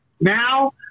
now